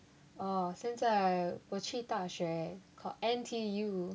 哦现在我去大学 called N_T_U